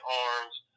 arms